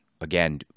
Again